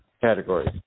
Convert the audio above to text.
categories